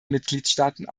mitgliedstaaten